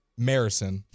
Marison